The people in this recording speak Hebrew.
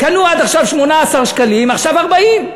קנו עד עכשיו ב-18 שקלים, עכשיו ב-40.